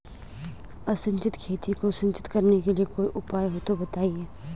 असिंचित खेती को सिंचित करने के लिए कोई उपाय हो तो बताएं?